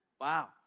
Wow